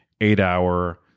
eight-hour